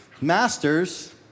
Masters